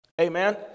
amen